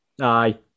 Aye